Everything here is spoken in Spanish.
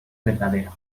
verdadera